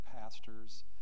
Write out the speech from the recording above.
pastors